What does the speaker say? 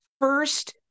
first